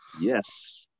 Yes